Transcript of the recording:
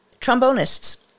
trombonists